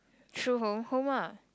true home home lah